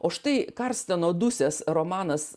o štai karsteno dusės romanas